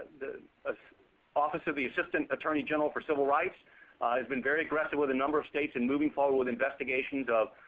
the office of the assistant attorney general for civil rights has been very aggressive with a number of states in moving forward with investigations of